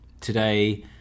today